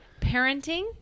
parenting